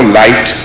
light